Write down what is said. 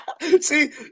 See